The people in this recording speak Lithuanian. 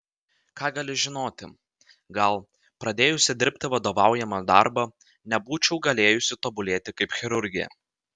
ką gali žinoti gal pradėjusi dirbti vadovaujamą darbą nebūčiau galėjusi tobulėti kaip chirurgė